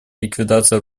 ликвидации